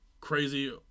crazy